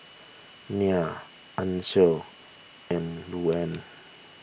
Nia Ancil and Luanne